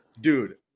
Dude